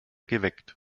geweckt